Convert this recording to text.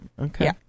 Okay